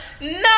no